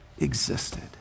existed